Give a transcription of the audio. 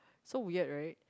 so weird right